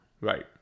Right